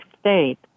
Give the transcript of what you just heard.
state